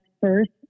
first